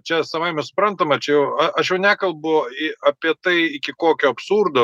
čia savaime suprantama čia jau a aš jau nekalbu apie tai iki kokio absurdo